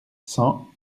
cent